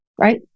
right